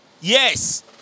yes